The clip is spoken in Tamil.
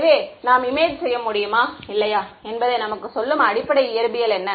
எனவே நாம் இமேஜ் செய்ய முடியுமா இல்லையா என்பதை நமக்குச் சொல்லும் அடிப்படை இயற்பியல் என்ன